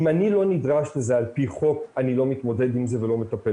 אם אני לא נדרש לזה על פי חוק אני לא מתמודד עם זה ולא מטפל